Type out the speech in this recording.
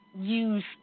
use